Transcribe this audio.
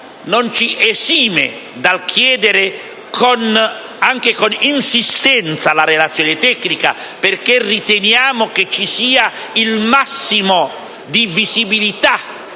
non ci esime dal chiedere, e anche con insistenza, la relazione tecnica, perché riteniamo che ci debba essere il massimo di visibilità